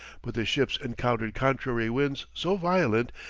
but the ships encountered contrary winds so violent,